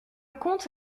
comte